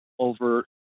over